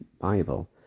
Bible